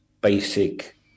basic